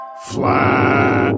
flat